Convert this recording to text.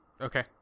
Okay